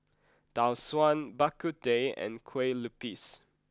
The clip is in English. Tau Suan Bak Kut Teh and Kueh Lupis